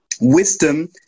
wisdom